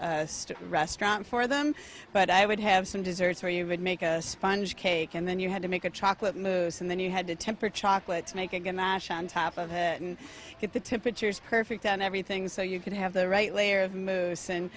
the restaurant for them but i would have some desserts where you would make a sponge cake and then you had to make a chocolate mousse and then you had to temper chocolate to make a good nash on top of it and get the temperatures perfect and everything so you could have the right layer of moves and